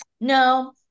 No